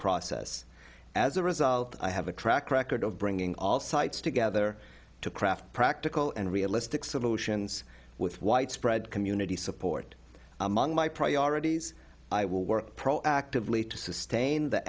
process as a result i have a track record of bringing all sides together to craft practical and realistic solutions with widespread community support among my priorities i will work proactively to sustain the